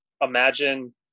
imagine